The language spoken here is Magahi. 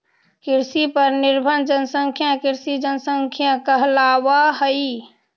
कृषि पर निर्भर जनसंख्या कृषि जनसंख्या कहलावऽ हई